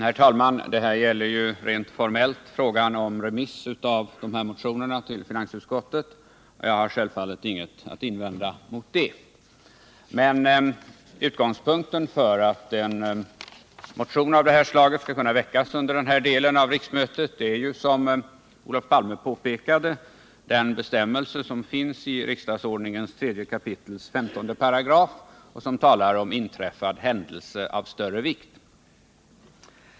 Herr talman! Frågan gäller rent formellt remiss av dessa motioner till finansutskottet. Jag har självfallet inget att invända mot det. Men utgångspunkten för att motioner av det här slaget skall kunna väckas under denna del av riksmötet är ju, som Olof Palme påpekade, den bestämmelse i riksdagsordningens 3 kap. 15 § som talar om inträffad händelse av större vikt.